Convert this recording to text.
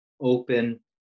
open